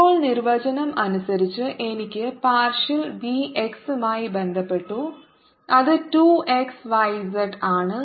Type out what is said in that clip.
ഇപ്പോൾ നിർവചനം അനുസരിച്ച് എനിക്ക് പാർഷൽ v x മായി ബന്ധപെട്ടു അത് 2 x y z ആണ്